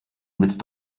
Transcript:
mit